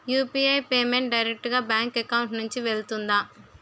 UPI payment direct గా bank account నుంచి వెళ్తుందా?